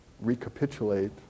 recapitulate